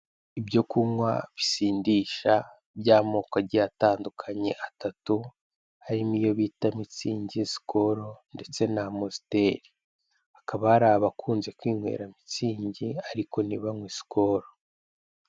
Ibyo kunywa bisindisha by'amoko agiye atandukanye atatu harimo iyo bita miitzingi, skol ndetse n'Amstel, hakaba hari abakunze kwinywera miitzingi ariko ntibanywe skol.